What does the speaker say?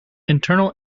internal